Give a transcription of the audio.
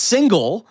single